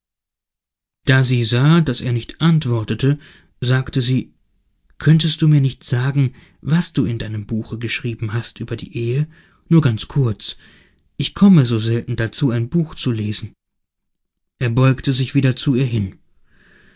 da sie sah daß er nicht antwortete sagte sie könntest du mir nicht sagen was du in deinem buche geschrieben hast über die ehe nur ganz kurz ich komme so selten dazu ein buch zu lesen er beugte sich wieder zu ihr hin